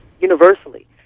universally